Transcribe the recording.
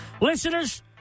Listeners